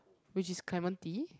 which is clementi